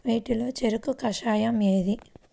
వీటిలో చెరకు కషాయం ఏది?